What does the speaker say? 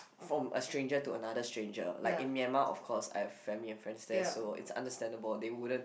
from a stranger to another stranger like in Myanmar of course I have family and friends there so it's understandable they wouldn't